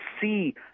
see